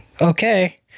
Okay